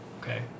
okay